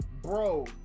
Bro